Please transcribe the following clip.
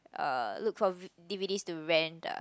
uh look for d_v_ds to rent ah